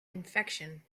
infection